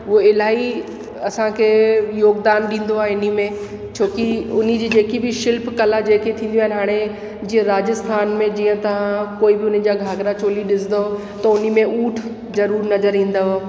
उहो इलाही असांखे योगदान ॾींदो आहे इन्हीअ में छोकि उन जी जेकी बि शिल्प कला जेकी थींदियूं आहिनि हाणे जीअं राज्स्थान में जीअं तव्हां कोई बि हुननि जा घाघरा चोली ॾिसंदो थो उन में ऊठ ज़रूरु नज़र ईंदो